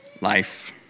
life